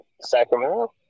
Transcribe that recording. Sacramento